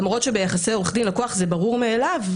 למרות שביחסי עורך דין לקוח זה ברור מאליו,